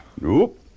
Nope